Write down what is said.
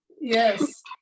Yes